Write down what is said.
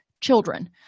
children